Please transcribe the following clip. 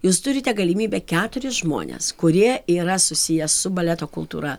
jūs turite galimybę keturis žmones kurie yra susiję su baleto kultūra